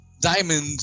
Diamond